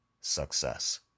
success